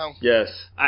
yes